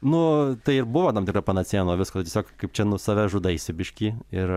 nu tai ir buvo tam tikra panacėja nuo visko tiesiog kaip čia nu save žudaisi biškį ir